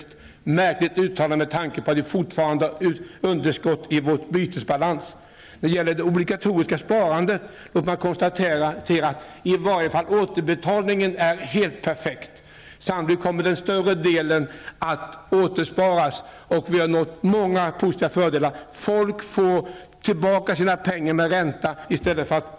Det är ett märkligt uttalande med tanke på att vi fortfarande har underskott i vår bytesbalans. När det gäller det obligatoriska sparandet kan jag konstatera att i varje fall återbetalningen är helt perfekt. Sannolikt kommer den större delen av detta sparande att återsparas. Vi har uppnått många fördelar i och med detta, och folk får tillbaka sina pengar med ränta.